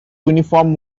uniform